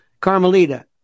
Carmelita